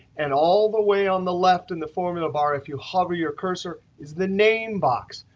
and all the way on the left in the formula bar, if you hover your cursor, is the name box.